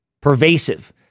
pervasive